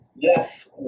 Yes